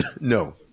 No